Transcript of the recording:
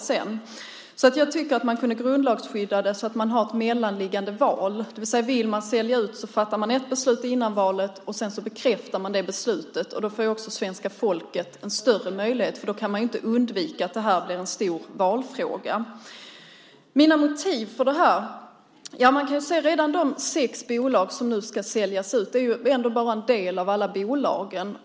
Så jag tycker att man kunde grundlagsskydda det så att man har ett mellanliggande val, det vill säga om man vill sälja ut fattar man ett beslut innan valet, och sedan bekräftar man det beslutet. Då får också svenska folket en större möjlighet. Då kan man inte undvika att det här blir en stor valfråga. Vilka är mina motiv för att ta upp detta? De sex bolag som nu ska säljas ut är bara är en del av alla bolag.